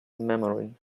memory